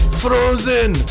frozen